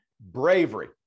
Bravery